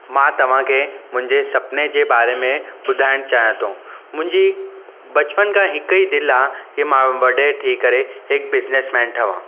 मां तव्हांखे मुंहिंजे सुपिने जे बारे में ॿुधाइणु चाहियां तो मुंहिंजी बचपन खां हिकु ई दिलि आहे कि मां वॾे थी करे हिकु बिज़नेसमैन ठहियां